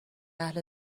اهل